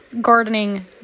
gardening